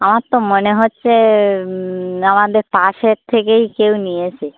আমার তো মনে হচ্ছে আমাদের পাশের থেকেই কেউ নিয়েছে